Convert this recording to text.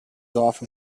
often